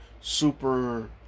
super